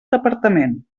departament